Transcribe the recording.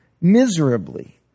miserably